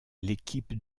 l’équipe